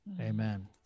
Amen